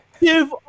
Give